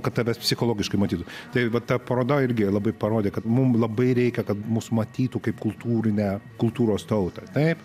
kad tave psichologiškai matytų tai va ta paroda irgi labai parodė kad mum labai reikia kad mus matytų kaip kultūrinę kultūros tautą taip